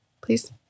please